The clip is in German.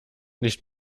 nicht